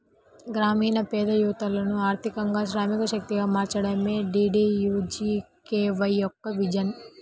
గ్రామీణ పేద యువతను ఆర్థికంగా శ్రామిక శక్తిగా మార్చడమే డీడీయూజీకేవై యొక్క విజన్